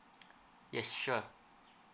yes sure